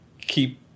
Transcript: keep